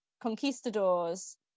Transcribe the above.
conquistadors